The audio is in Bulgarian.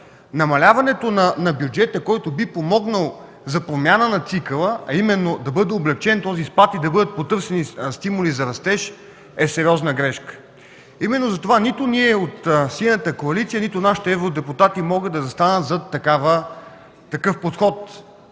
намаляването на бюджета, който би помогнал за промяна на цикъла, а именно да бъде облекчен този спад и да бъдат потърсени стимули за растеж, е сериозна грешка. Именно затова нито ние от Синята коалиция, нито нашите евродепутати могат да застанат зад такъв подход.